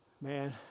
Man